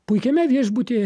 puikiame viešbutyje